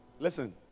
Listen